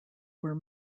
were